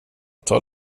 tar